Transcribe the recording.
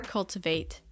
Cultivate